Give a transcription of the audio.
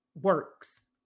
works